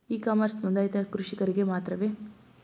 E commerce ನೊಂದಾಯಿತ ಕೃಷಿಕರಿಗೆ ಮಾತ್ರವೇ?